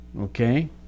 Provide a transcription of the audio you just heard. okay